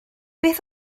beth